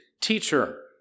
teacher